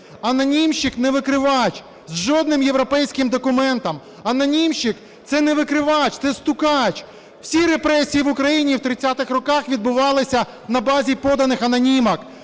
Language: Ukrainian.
Анонімщик не викривач жодним європейським документом. Анонімщик – це не викривач, це стукач. Всі репресії в Україні у 30-х роках відбувалися на базі поданих анонімок.